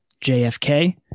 JFK